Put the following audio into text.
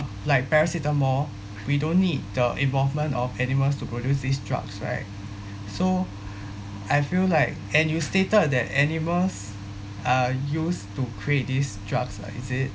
like paracetamol we don't need the involvement of animals to produce these drugs right so I feel like and you stated that animals are used to create these drugs ah is it